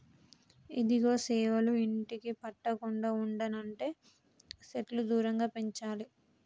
ఇదిగో సేవలు ఇంటికి పట్టకుండా ఉండనంటే సెట్లు దూరంగా పెంచాలి